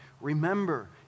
Remember